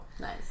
Nice